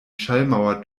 schallmauer